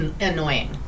annoying